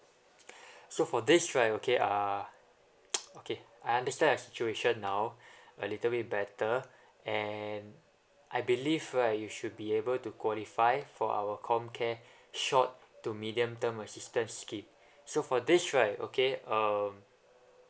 so for this right okay uh okay I understand the situation now a little bit better and I believe right you should be able to qualify for our comcare short to medium term assistance scheme so for this right okay um